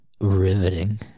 riveting